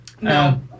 No